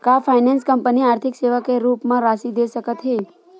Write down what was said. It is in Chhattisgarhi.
का फाइनेंस कंपनी आर्थिक सेवा के रूप म राशि दे सकत हे?